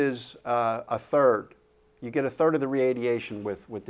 s a third you get a third of the radiation with with